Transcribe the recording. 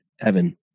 Evan